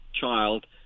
child